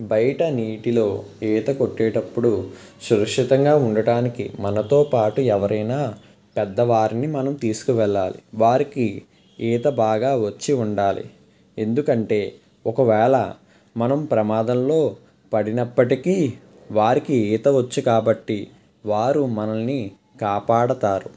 బయట నీటిలో ఈత కొట్టేటప్పుడు సురక్షితంగా ఉండటానికి మనతో పాటు ఎవరైనా పెద్దవారిని మనం తీసుకువెళ్ళాలి వారికి ఈత బాగా వచ్చి ఉండాలి ఎందుకంటే ఒకవేళ మనం ప్రమాదంలో పడినప్పటికీ వారికి ఈత వచ్చు కాబట్టి వారు మనల్ని కాపాడుతారు